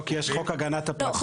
לא, כי יש חוק הגנת הפרטיות.